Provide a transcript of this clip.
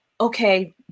okay